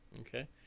Okay